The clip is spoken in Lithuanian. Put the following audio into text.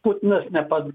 putinas nepa